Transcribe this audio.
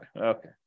Okay